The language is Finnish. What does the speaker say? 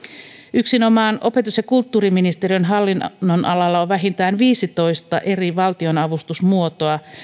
yksinomaan opetus ja kulttuuriministeriön hallinnonalalla on vähintään viisitoista eri valtionavustusmuotoa